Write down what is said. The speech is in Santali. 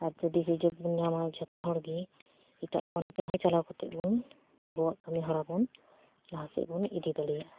ᱟᱨ ᱡᱩᱫᱤ ᱥᱩᱡᱳᱜᱽ ᱵᱚᱱ ᱧᱟᱢᱟ ᱡᱷᱚᱛᱚ ᱦᱚᱲᱜᱮ ᱮᱴᱟᱜ ᱯᱚᱱᱚᱛ ᱨᱮᱦᱚᱸ ᱪᱟᱞᱟᱣ ᱠᱟᱛᱮᱫ ᱵᱚᱱ ᱟᱵᱚᱣᱟᱜ ᱠᱟᱹᱢᱤ ᱦᱚᱨᱟ ᱵᱚᱱ ᱞᱟᱦᱟᱥᱮᱫ ᱵᱚᱱ ᱤᱫᱤ ᱫᱟᱲᱮᱭᱟᱜᱼᱟ